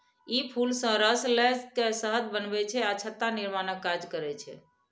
ई फूल सं रस लए के शहद बनबै छै आ छत्ता निर्माणक काज करै छै